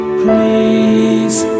please